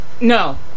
no